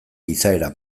izaera